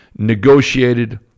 negotiated